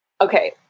okay